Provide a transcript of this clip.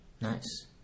Nice